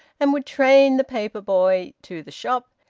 and would train the paper-boy to the shop,